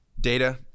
data